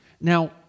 Now